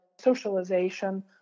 socialization